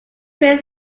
train